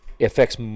affects